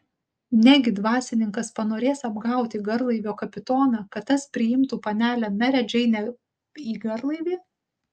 negi dvasininkas panorės apgauti garlaivio kapitoną kad tas priimtų panelę merę džeinę į garlaivį